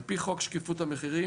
על פי חוק שקיפות המחירים,